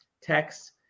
text